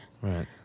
Right